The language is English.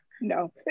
No